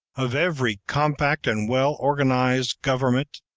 of every compact and well-organized government.